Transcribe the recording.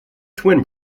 twin